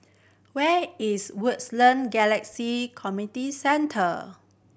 where is Wood's Land Galaxy Community Center